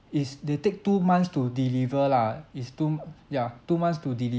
is they take two months to deliver lah it's two yeah two months to deliver